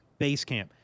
Basecamp